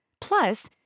Plus